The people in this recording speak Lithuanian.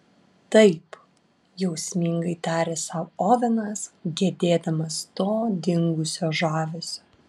taip jausmingai tarė sau ovenas gedėdamas to dingusio žavesio